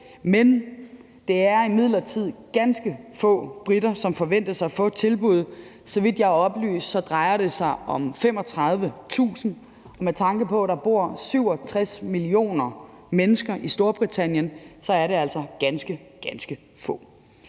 men det er imidlertid ganske få briter, som forventes at få et tilbud. Så vidt jeg er oplyst, drejer det sig om 35.000, og med tanke på at der bor 67 millioner mennesker i Storbritannien, er det altså ganske, ganske få.